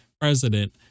President